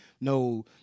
no